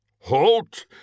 Halt